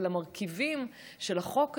אבל המרכיבים של החוק הזה,